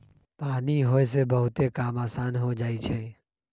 पानी होय से बहुते काम असान हो जाई छई